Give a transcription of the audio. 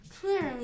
Clearly